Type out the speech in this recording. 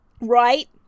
Right